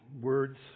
words